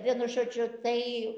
vienu žodžiu tai